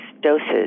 doses